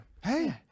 Hey